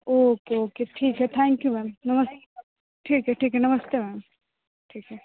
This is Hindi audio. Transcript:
ओके ओके ठीक है थैंक यू मैम नमस्ते ठीक है ठीक है ठीक है